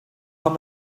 from